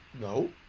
No